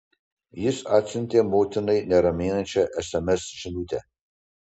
jis atsiuntė motinai neraminančią sms žinutę